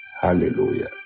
Hallelujah